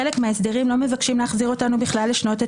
חלק מההסדרים לא מבקשים להחזיר אותנו לשנות התשעים.